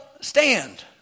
stand